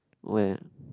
where